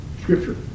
Scripture